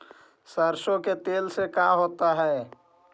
सरसों के तेल से का होता है?